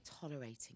Tolerating